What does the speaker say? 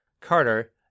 Carter